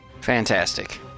Fantastic